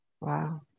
Wow